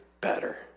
better